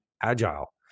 agile